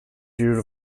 due